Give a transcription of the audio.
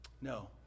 No